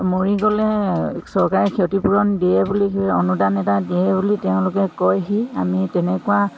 মৰি গ'লে চৰকাৰে ক্ষতিপূৰণ দিয়ে বুলি অনুদান এটা দিয়ে বুলি তেওঁলোকে কয় সি আমি তেনেকুৱা